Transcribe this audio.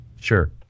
Sure